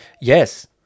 Yes